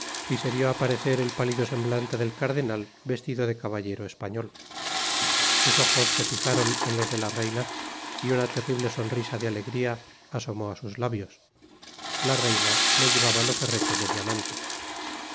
y se vió aparecer el pálido semblante del cardenal vestido de cabaliare español sus ojos se lijaren en los de la reina y una terrible sonrisa de alegría asomó á sus labios la reina no llevaba los herretes de diamantes